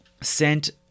sent